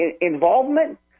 involvement